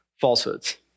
falsehoods